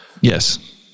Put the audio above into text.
Yes